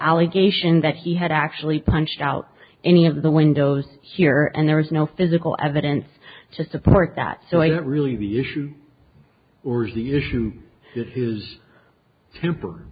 allegation that he had actually punched out any of the windows here and there was no physical evidence to support that so it really the issue or is the issue who's emper